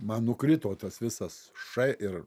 man nukrito tas visas š ir